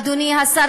אדוני השר,